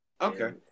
Okay